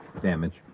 Damage